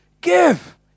give